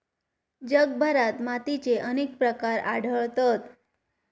जगभरात मातीचे अनेक प्रकार आढळतत